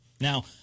Now